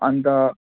अन्त